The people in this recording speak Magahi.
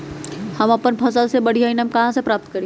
हम अपन फसल से बढ़िया ईनाम कहाँ से प्राप्त करी?